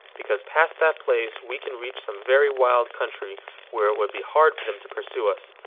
because past that place we can reach some very wild country where it would be hard for them to pursue us.